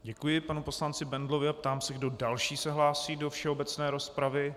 Děkuji panu poslanci Bendlovi a ptám se, kdo další se hlásí do všeobecné rozpravy.